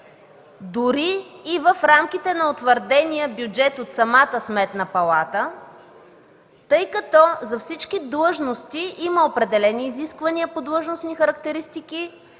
дори и в рамките на утвърдения бюджет от самата Сметна палата, тъй като за всички длъжности има определени изисквания по длъжностни характеристики,